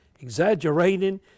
exaggerating